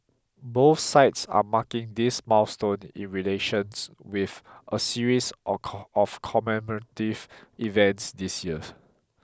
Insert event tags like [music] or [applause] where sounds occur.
both sides are marking this milestone in relations with a series [unintelligible] of commemorative events this year